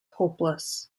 hopeless